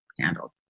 handled